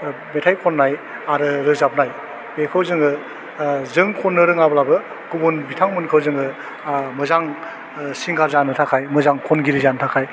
मेथाइ खन्नाय आरो रोजाबनाय बेखौ जोङो ओह जों खन्नो रोङाब्लाबो गुबुन बिथांमोनखौ जोङो ओह मोजां ओह सिंगार जानो थाखाय मोजां खनगिरि जानो थाखाय